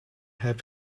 have